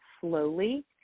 slowly